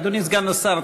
אדוני סגן השר,